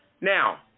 Now